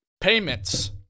Payments